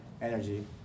energy